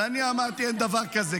אני אמרתי שאין דבר כזה.